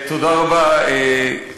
גברתי היושבת-ראש, תודה רבה, אכן,